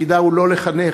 תפקידה הוא לא לחנך,